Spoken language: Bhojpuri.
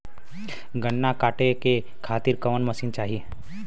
गन्ना कांटेके खातीर कवन मशीन चाही?